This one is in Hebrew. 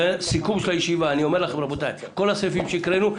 סיכום של הישיבה: כל הסעיפים שהקראנו,